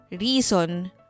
reason